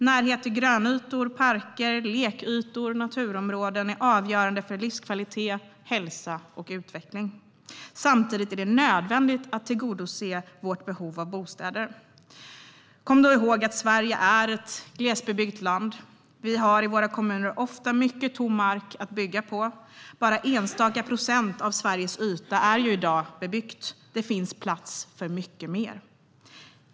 Närhet till grönytor, parker, lekytor och naturområden är avgörande för livskvalitet, hälsa och utveckling. Samtidigt är det nödvändigt att tillgodose vårt behov av bostäder. Kom då ihåg att Sverige är ett glesbebyggt land. Vi har i våra kommuner ofta mycket tom mark att bygga på. Bara enstaka procent av Sveriges yta är i dag bebyggda. Det finns plats för mycket mer.